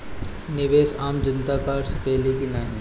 निवेस आम जनता कर सकेला की नाहीं?